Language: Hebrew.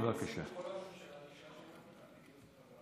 בבקשה, אדוני, שלוש דקות לרשותך.